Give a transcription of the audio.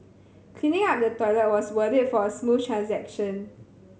cleaning up the toilet was worth it for a smooth transaction